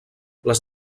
les